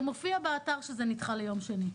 זה מופיע באתר שזה נדחה ליום שני.